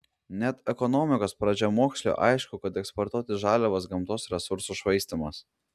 net ekonomikos pradžiamoksliui aišku kad eksportuoti žaliavas gamtos resursų švaistymas